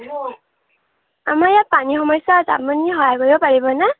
আমাৰ ইয়াত পানী সমস্যা আছে আপুনি সহায় কৰিব পাৰিবনে